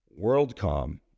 WorldCom